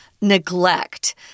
neglect